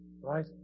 Right